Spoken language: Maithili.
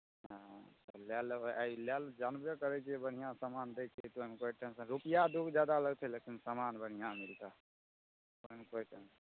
हँ लए लेबै एहि लेल जानबे करै छियै कि बढ़िआँ सामान दै छियै तऽ ओहिमे कोइ टेंशन रुपैआ दूगो जादा लगतै लेकिन सामान बढ़िआँ मिलतै ओहिमे कोइ कमी नहि